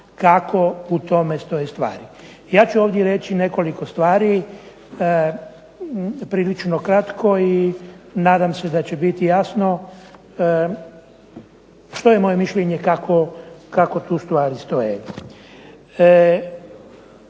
kako u tome stoje stvari. Ja ću ovdje reći nekoliko stvari prilično kratko i nadam se da će biti jasno koje je moje mišljenje i kako tu stvari stoje.